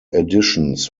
editions